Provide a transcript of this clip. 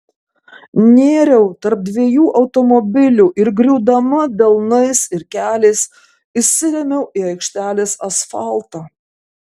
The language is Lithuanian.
nėriau tarp dviejų automobilių ir griūdama delnais ir keliais įsirėmiau į aikštelės asfaltą